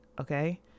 okay